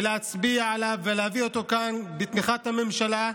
ולהצביע עליו, ולהביא אותו כאן בתמיכת הממשלה,